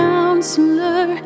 Counselor